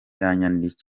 muri